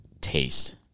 taste